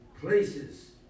places